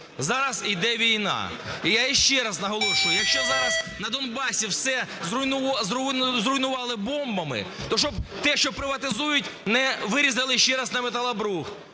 Зараз йде війна. І я й ще раз наголошую, якщо зараз на Донбасі все зруйнували бомбами, то щоб те, що приватизують, не вирізали ще раз на металобрухт.